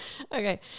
Okay